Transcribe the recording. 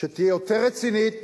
שתהיה יותר רצינית,